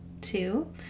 two